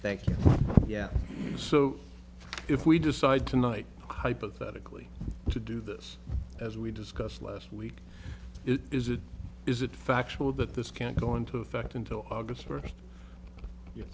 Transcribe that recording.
thank you yeah so if we decide tonight hypothetically to do this as we discussed last week it is it is it factual that this can't go into effect until august first